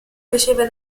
riceve